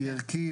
היא ערכית.